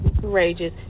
courageous